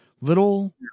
Little